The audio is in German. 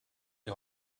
die